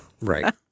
right